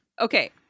Okay